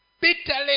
bitterly